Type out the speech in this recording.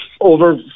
over